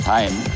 Time